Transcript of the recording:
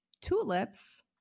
tulips